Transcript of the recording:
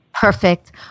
perfect